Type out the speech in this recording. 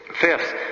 Fifth